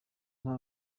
nta